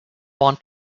want